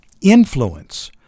influence